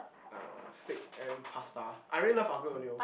er steak and pasta I really love aglio-olio